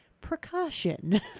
precaution